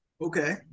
Okay